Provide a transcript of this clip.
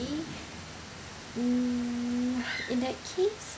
mm in that case